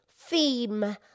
Theme